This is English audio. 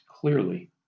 clearly